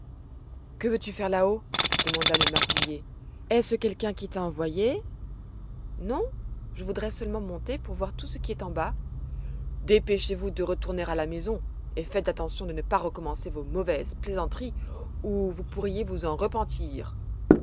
que veux-tu faire là-haut demanda le marguillier est-ce quelqu'un qui t'a envoyée non je voudrais seulement monter pour voir tout ce qui est en bas dépêchez-vous de retourner à la maison et faites attention de ne pas recommencer vos mauvaises j plaisanteries ou vous pourriez vous en repentir